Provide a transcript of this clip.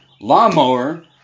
Lawnmower